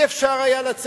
לא היה אפשר לצאת,